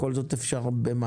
ולמה בכל זאת אפשר במהלך?